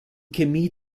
chemie